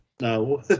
No